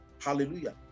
hallelujah